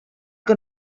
que